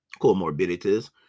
comorbidities